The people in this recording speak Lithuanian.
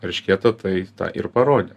eršketą tai tą ir parodė